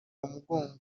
umugongo